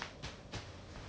almost few hundred